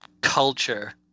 culture